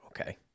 okay